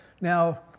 Now